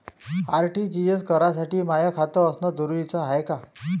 RTGS करासाठी माय खात असनं जरुरीच हाय का?